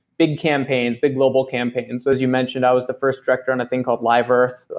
big campaigns, big global campaigns. so as you mentioned, i was the first director on a thing called live earth,